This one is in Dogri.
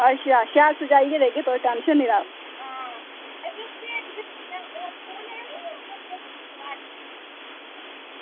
अच्छा शैल सजाइयै देगे तुस टेंशन निं लैयो